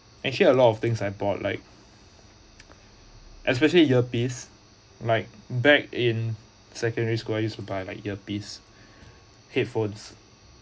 actually a lot of things I bought like especially earpiece like back in secondary school I used to buy like earpiece headphones